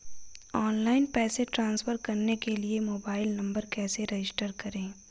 Online पैसे transfer करने के लिए मोबाइल नंबर कैसे रजिस्टर करें?